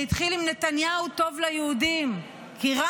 זה התחיל עם: נתניהו טוב ליהודים,